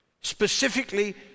specifically